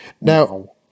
Now